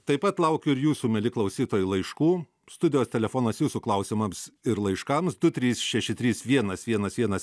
taip pat laukiu ir jūsų mieli klausytojai laiškų studijos telefonas jūsų klausimams ir laiškams du trys šeši trys vienas vienas vienas